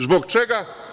Zbog čega?